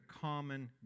common